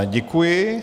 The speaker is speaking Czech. Děkuji.